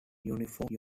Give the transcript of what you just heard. uniform